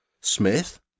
Smith